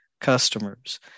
customers